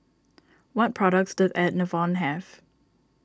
what products does Enervon have